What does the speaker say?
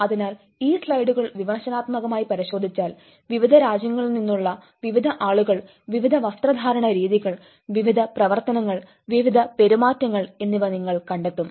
അതിനാൽ ഈ സ്ലൈഡുകൾ വിമർശനാത്മകമായി പരിശോധിച്ചാൽ വിവിധ രാജ്യങ്ങളിൽ നിന്നുള്ള വിവിധ ആളുകൾ വിവിധ വസ്ത്രധാരണരീതികൾ വിവിധ പ്രവർത്തനങ്ങൾ വിവിധ പെരുമാറ്റങ്ങൾ എന്നിവ നിങ്ങൾ കണ്ടെത്തും